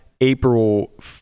April